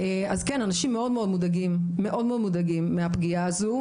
אנשים מאוד מאוד מודאגים מהפגיעה הזאת.